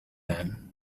then